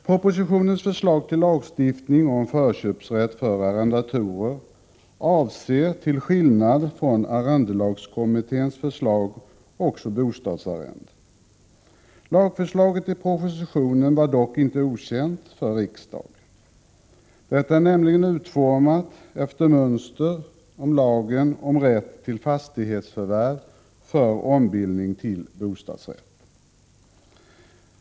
Propositionens förslag till lagstiftning om förköpsrätt för arrendatorer avser till skillnad från arrendelagskommitténs förslag också bostadsarrenden. Lagförslaget i propositionen var dock inte okänt för riksdagen. Det är nämligen utformat efter mönster av lagen om rätt till fastighetsförvärv för ombildning till bostadsrätt.